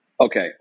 Okay